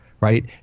right